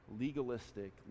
legalistic